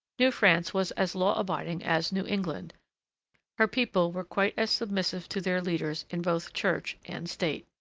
new france was as law-abiding as new england her people were quite as submissive to their leaders in both church and state.